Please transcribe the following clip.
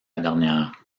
dernière